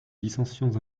dissensions